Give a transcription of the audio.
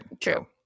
True